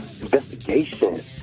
Investigation